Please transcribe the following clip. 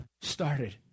started